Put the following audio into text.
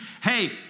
hey